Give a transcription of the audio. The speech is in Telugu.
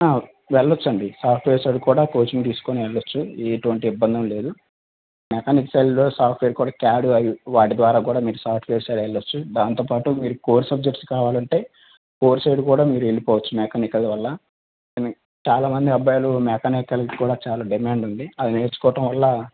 ఆ వెళ్లొచండి సాఫ్ట్వేర్ సైడ్ కూడా కోచింగ్ తీసుకొని వెళ్లొచ్చు ఎటువంటి ఇబ్బంది ఏమి లేదు మెకానిక్ సైడ్లో సాఫ్ట్వేర్ కుడా క్యాడ్ అవి వాటి ద్వారకూడ మీరు సాఫ్ట్వేర్ సైడ్ వెళ్లొచ్చు దాంతోపాటు మీకు కోర్ సబ్జెక్ట్స్ కావాలంటే కోర్ సైడ్ కూడా మీరు వెళ్లిపోవచ్చు మెకానికల్ చాలామంది అబ్బాయిలు మెకానికల్ కూడా డిమాండ్ ఉంది అవి నేర్చుకోవడం వల్ల